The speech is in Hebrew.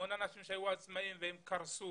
הרבה אנשים שהיו עצמאים וקרסו.